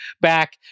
back